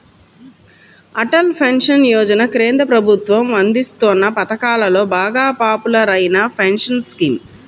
Atal pension Yojana కేంద్ర ప్రభుత్వం అందిస్తోన్న పథకాలలో బాగా పాపులర్ అయిన పెన్షన్ స్కీమ్